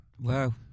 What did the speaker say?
Wow